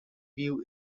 view